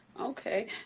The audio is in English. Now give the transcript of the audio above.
Okay